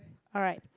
alright